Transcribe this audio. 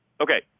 Okay